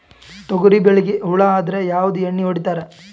ತೊಗರಿಬೇಳಿಗಿ ಹುಳ ಆದರ ಯಾವದ ಎಣ್ಣಿ ಹೊಡಿತ್ತಾರ?